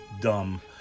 dumb